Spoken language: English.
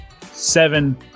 seven